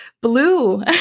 blue